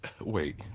wait